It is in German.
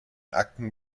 akten